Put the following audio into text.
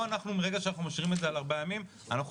ברגע שאנחנו משאירים את זה על ארבעה ימים אז